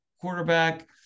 quarterback